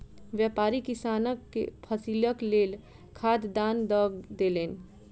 व्यापारी किसानक फसीलक लेल खाद दान दअ देलैन